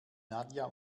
nadja